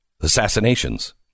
Assassinations